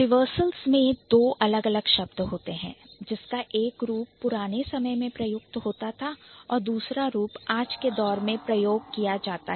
Reversals मैं दो अलग अलग शब्द होते हैं जिसका एक रूप पुराने समय में प्रयुक्त होता था और दूसरा रूप आज के दौर में प्रयोग किया जाता है